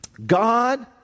God